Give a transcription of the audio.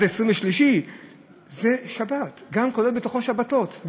כולל שבתות,